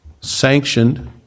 sanctioned